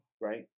right